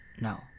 No